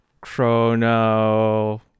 Chrono